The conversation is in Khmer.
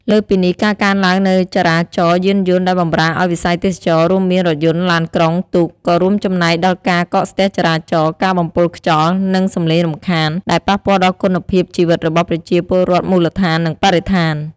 លើសពីនេះ ការកើនឡើងនូវចរាចរណ៍យានយន្តដែលបម្រើឱ្យវិស័យទេសចរណ៍ រួមមាន រថយន្ត ឡានក្រុង ទូក ក៏រួមចំណែកដល់ការកកស្ទះចរាចរណ៍ ការបំពុលខ្យល់ និងសំឡេងរំខាន ដែលប៉ះពាល់ដល់គុណភាពជីវិតរបស់ប្រជាពលរដ្ឋមូលដ្ឋាន និងបរិស្ថាន។